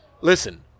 listen